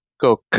go